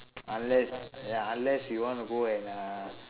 unless ya unless you want to go and uh